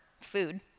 food